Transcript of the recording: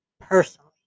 personally